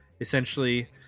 essentially